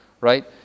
right